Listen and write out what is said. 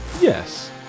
Yes